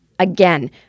Again